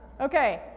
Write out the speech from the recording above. Okay